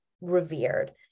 revered